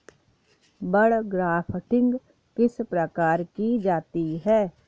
बड grafting किस प्रकार की जाती है?